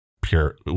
pure